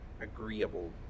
agreeable